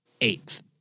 eighth